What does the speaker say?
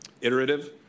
iterative